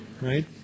right